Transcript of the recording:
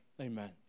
Amen